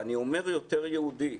ואני אומר יותר יהודי.